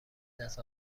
دست